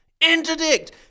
Interdict